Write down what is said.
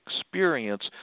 experience